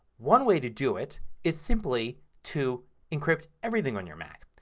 one way to do it is simply to encrypt everything on your mac.